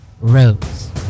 ROSE